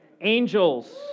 Angels